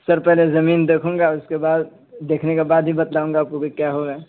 سر پہلے زمین دیکھوں گا اس کے بعد دیکھنے کے بعد ہی بتلاؤں گا آپ کو کہ کیا ہو رہا